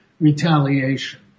retaliation